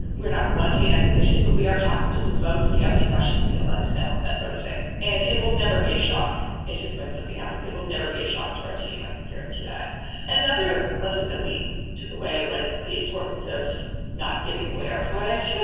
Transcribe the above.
we're not wanting an acquisition, but we are talking to some folks. if you have any questions, you know let us know, that sort of thing. and it will never be a shock if and when something happens. it will never be a shock to our team. i can guarantee that another lesson that we took away was the importance of not giving away our product,